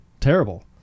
terrible